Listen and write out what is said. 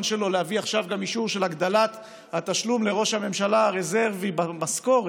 שלו להביא עכשיו גם אישור להגדלת התשלום לראש הממשלה הרזרבי במשכורת